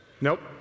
Nope